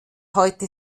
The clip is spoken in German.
heute